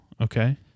Okay